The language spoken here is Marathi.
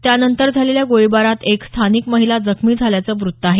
त्यानंतर झालेल्या गोळीबारात एक स्थानिक महिला जखमी झाल्याचं वृत्त आहे